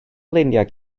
luniau